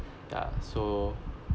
ya so